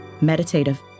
meditative